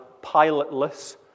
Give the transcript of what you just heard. pilotless